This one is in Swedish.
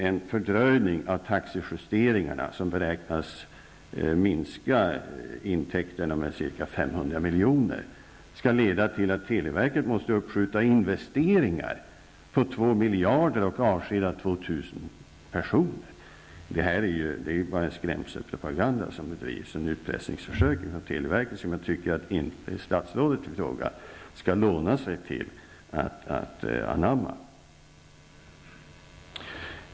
En fördröjning av taxejusteringarna som beräknas minska intäkterna med ca 500 miljoner, kan ju ändå inte, Mats Odell, leda till att televerket måste uppskjuta investeringar för 2 miljarder och avskeda 2 000 personer. Det är en skrämselpropaganda och ett utpressningsförsök från televerket som jag tycker att statsrådet i fråga inte skall låna sig till att medverka i.